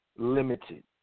Limited